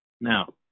Now